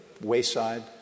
wayside